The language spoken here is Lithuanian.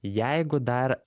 jeigu dar